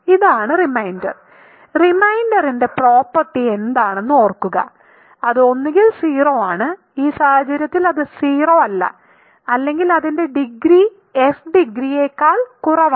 ഇതാണ് റിമൈൻഡർ റിമൈൻഡറിന്റെ പ്രോപ്പർട്ടി എന്താണെന്ന് ഓർക്കുക അത് ഒന്നുകിൽ 0 ആണ് ഈ സാഹചര്യത്തിൽ അത് 0 അല്ല അല്ലെങ്കിൽ അതിന്റെ ഡിഗ്രി f ഡിഗ്രിയേക്കാൾ കുറവാണ്